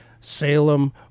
Salem